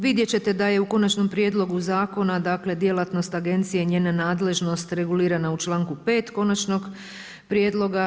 Vidjet ćete da je u konačnom prijedlogu zakona djelatnost agencije, njena nadležnost regulirana u članku 5. konačnog prijedloga.